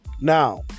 now